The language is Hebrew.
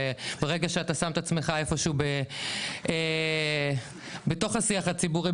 שברגע שאתה שם את עצמך איפשהו בתוך השיח הציבורי,